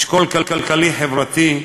אשכול כלכלי-חברתי,